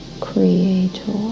Creator